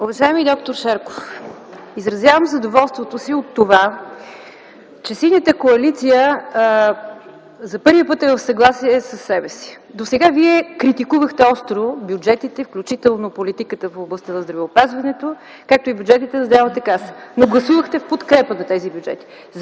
Уважаеми д-р Шарков, изразявам задоволството си от това, че Синята коалиция за първи път е в съгласие със себе си. Досега вие критикувахте остро бюджетите, включително политиката в областта на здравеопазването, както и бюджетите на Здравната каса, но гласувахте в подкрепа на тези бюджети!